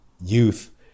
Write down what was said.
youth